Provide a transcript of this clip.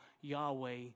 Yahweh